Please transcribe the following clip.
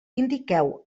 indiqueu